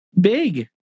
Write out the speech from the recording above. big